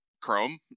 Chrome